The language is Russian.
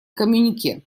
коммюнике